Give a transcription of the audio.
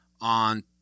on